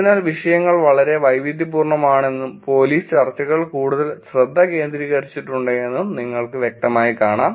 അതിനാൽ വിഷയങ്ങൾ വളരെ വൈവിധ്യപൂർണ്ണമാണെന്നും പോലീസ് ചർച്ചകൾ കൂടുതൽ ശ്രദ്ധ കേന്ദ്രീകരിച്ചിട്ടുണ്ടെന്നും നിങ്ങൾക്ക് വ്യക്തമായി കാണാം